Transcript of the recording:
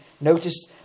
notice